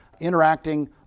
interacting